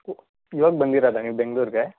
ಇವಾಗ ಬಂದಿರೋದಾ ನೀವು ಬೆಂಗ್ಳೂರಿಗೆ